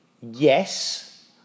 Yes